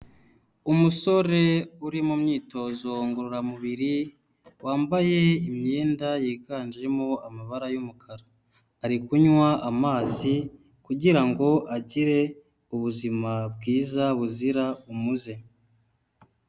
Umusore uri mu myitozo ngororamubiri, wambaye imyenda yiganjemo amabara y'umukara, ari kunywa amazi kugira ngo agire ubuzima bwiza buzira umuze.